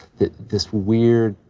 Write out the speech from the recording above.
this weird,